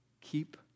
keep